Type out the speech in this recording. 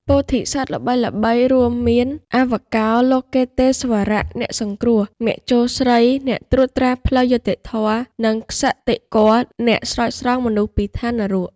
ពោធិសត្វល្បីៗរួមមាន អវលោកិតេស្វរៈ (អ្នកសង្គ្រោះ) មញ្ជូស្រី (អ្នកត្រួតត្រាផ្លូវយុត្តិធម៌) និង ក្សិតិគត៌ (អ្នកស្រោចស្រង់មនុស្សពីឋាននរក)។